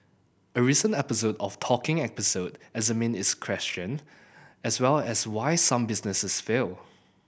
a recent episode of Talking Episode examined this question as well as why some businesses fail